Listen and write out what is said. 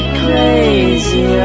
crazy